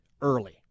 Early